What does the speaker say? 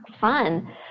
fun